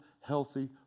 healthy